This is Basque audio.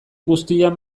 guztian